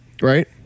right